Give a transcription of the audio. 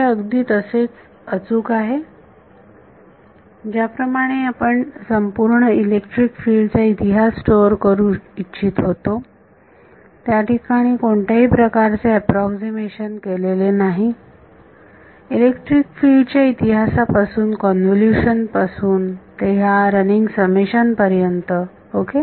हे अगदी तसेच अचूक आहे ज्या प्रमाणे आपण संपूर्ण इलेक्ट्रिक फिल्ड चा इतिहास स्टोअर करू इच्छित होतो या ठिकाणी कोणत्याही प्रकारचे अॅप्रॉक्सीमेशन केलेले नाही इलेक्ट्रिक फील्ड च्या इतिहासापासून कॉन्व्होल्युशन पासून ते ह्या रनिंग समेशन पर्यंत ओके